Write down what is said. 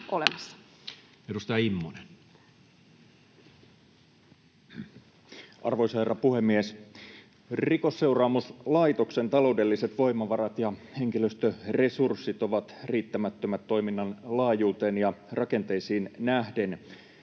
Edustaja Immonen. Arvoisa herra puhemies! Rikosseuraamuslaitoksen taloudelliset voimavarat ja henkilöstöresurssit ovat riittämättömät toiminnan laajuuteen ja rakenteisiin nähden.